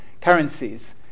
currencies